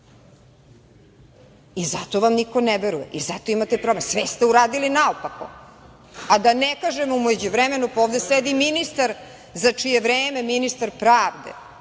i zato vam niko ne veruje i zato imate problem. Sve se uradili naopako. Da ne kažem u međuvremenu, ovde sedi ministar za čije vreme ministar pravde